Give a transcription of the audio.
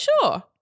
sure